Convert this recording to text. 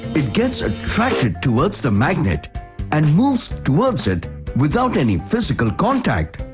it gets attracted towards the magnet and moves towards it without any physical contact!